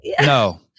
No